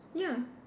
ya